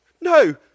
No